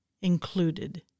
included